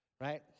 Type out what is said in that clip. right